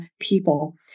people